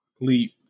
leap